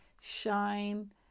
shine